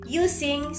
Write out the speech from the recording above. using